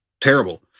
terrible